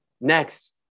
Next